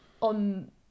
on